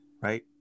right